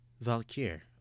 Valkyr